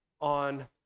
on